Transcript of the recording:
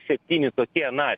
septyni tokie na